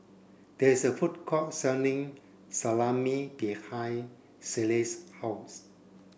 there is a food court selling Salami behind Shelley's house